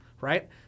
right